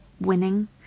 winning